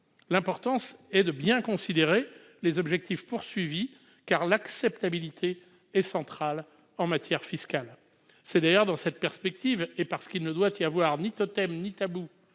L'important est de bien considérer les objectifs fixés, car l'acceptabilité est centrale en matière fiscale. C'est d'ailleurs dans cette perspective, et parce qu'il ne doit y avoir ni totem ni tabou